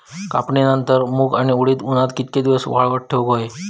कापणीनंतर मूग व उडीद उन्हात कितके दिवस वाळवत ठेवूक व्हये?